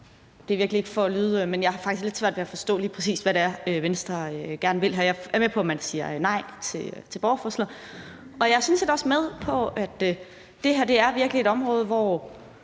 det. Jeg beklager, men jeg har faktisk lidt svært ved at forstå, lige præcis hvad det er, Venstre gerne vil her. Jeg er med på, at man siger nej til borgerforslaget, og jeg er sådan set også med på, at det her virkelig er et område, hvor